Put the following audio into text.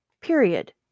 period